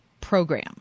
program